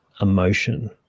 emotion